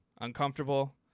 uncomfortable